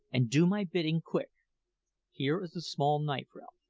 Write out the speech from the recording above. and do my bidding quick here is the small knife, ralph.